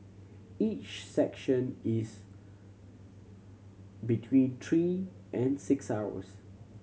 each section is between three and six hours